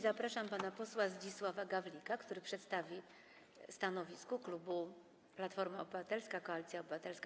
Zapraszam pana posła Zdzisława Gawlika, który przedstawi stanowisko klubu Platforma Obywatelska - Koalicja Obywatelska.